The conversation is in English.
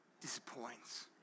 disappoints